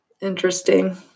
Interesting